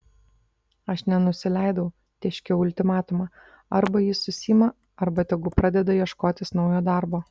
aš nenusileidau tėškiau ultimatumą arba jis susiima arba tegu pradeda ieškotis naujo darbo